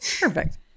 perfect